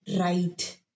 right